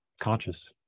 conscious